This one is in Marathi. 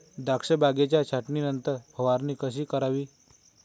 द्राक्ष बागेच्या छाटणीनंतर फवारणी कशी करावी?